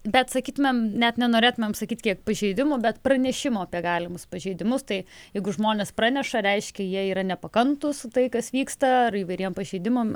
bet sakytumėm net nenorėtumėm sakyti kiek pažeidimų bet pranešimų apie galimus pažeidimus tai jeigu žmonės praneša reiškia jie yra nepakantūs tai kas vyksta ar įvairiem pažeidimam